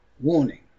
Warning